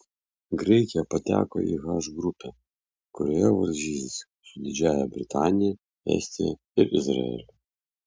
graikija pateko į h grupę kurioje varžysis su didžiąja britanija estija ir izraeliu